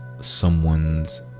someone's